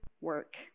work